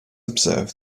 observe